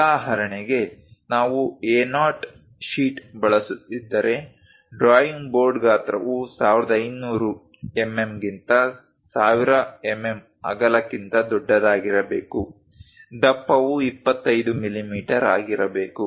ಉದಾಹರಣೆಗೆ ನಾವು A0 sheet ಬಳಸುತ್ತಿದ್ದರೆ ಡ್ರಾಯಿಂಗ್ ಬೋರ್ಡ್ ಗಾತ್ರವು 1500 ಎಂಎಂ ಗಿಂತ 1000 ಎಂಎಂ ಅಗಲಕ್ಕಿಂತ ದೊಡ್ಡದಾಗಿರಬೇಕು ದಪ್ಪವು 25 ಮಿಲಿಮೀಟರ್ ಆಗಿರಬೇಕು